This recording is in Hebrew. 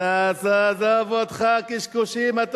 עזוב אותך קשקושים.